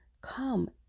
come